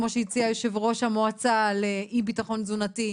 כמו שהציע יושב-ראש המועצה לאי-ביטחון תזונתי.